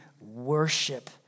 worship